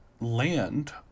land